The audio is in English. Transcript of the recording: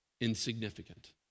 insignificant